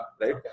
right